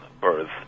Birth